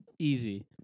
Easy